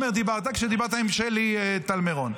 כשדיברת עם חברת הכנסת שלי טל מירון.